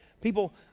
People